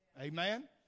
Amen